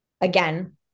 Again